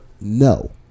no